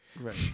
Right